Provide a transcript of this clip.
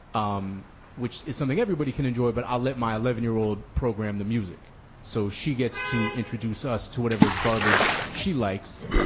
um which is something everybody can enjoy. but i'll let my eleven year old program the music so she gets to introduce us to whatever garbage she likes